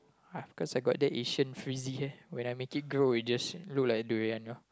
I've cause I got the Asian frizzy hair when I make it grow it just looks like durian ah